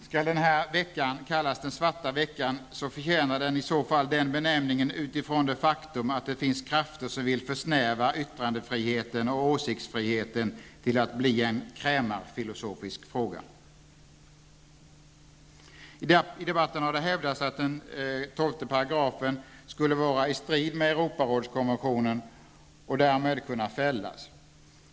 Skall den här veckan kallas den ''svarta veckan'' så förtjänar den i så fall den benämningen utifrån det faktum att det finns krafter som vill försnäva yttrandefriheten och åsiktsfriheten till att bli en krämarfilosofisk fråga. I debatten har det hävdats att 12 § skulle vara i strid med Europarådskonventionen och därmed kunna fällas.